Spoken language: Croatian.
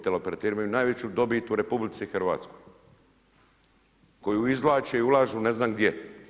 Teleoperateri imaju najveću dobit u RH koji izvlače i ulažu ne znam gdje.